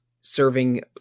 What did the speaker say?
serving